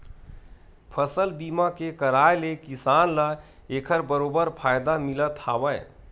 फसल बीमा के करवाय ले किसान ल एखर बरोबर फायदा मिलथ हावय